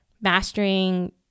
mastering